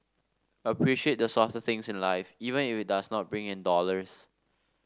appreciate the softer things in life even if it does not bring in dollars